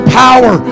power